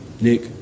Nick